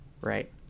right